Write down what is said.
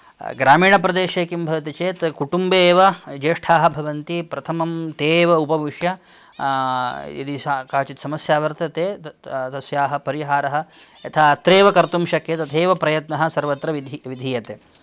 ग्रामीणप्रदेशे किं भवति चेत् कुटुम्बे एव ज्येष्ठाः भवन्ति प्रथमं ते एव उपविश्य यदि सा काचित् समस्या वर्तते तस्याः परिहारः यथा अत्रैव कर्तुं शक्यते तथैव प्रयत्नः सर्वत्र विधि विधीयते